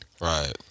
right